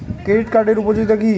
Credit কার্ডের উপযোগিতা কি?